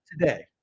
today